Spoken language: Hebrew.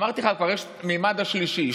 כבר יש הממד השלישי,